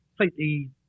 completely